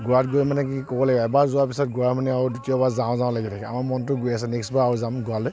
গোৱাত গৈ মানে কি ক'ব লাগে এবাৰ যোৱাৰ পিছত গোৱা মানে আৰু দ্বিতীয়বাৰ যাওঁ যাওঁ লাগি থাকে আমাৰ মনটো গৈ আছে নেক্সবাৰ আকৌ যাম গোৱালৈ